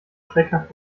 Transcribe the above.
schreckhaft